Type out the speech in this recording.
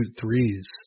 threes